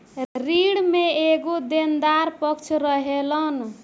ऋण में एगो देनदार पक्ष रहेलन